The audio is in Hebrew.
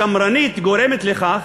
השמרנית, גורמת לכך